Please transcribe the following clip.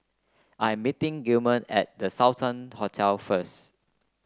I'm meeting Gilman at The Sultan Hotel first